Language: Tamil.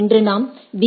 இன்று நாம் பி